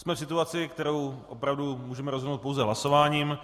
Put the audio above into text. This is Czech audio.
Jsme v situaci, kterou opravdu můžeme rozhodnout pouze hlasováním.